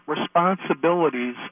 responsibilities